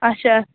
اچھا